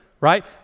right